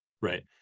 Right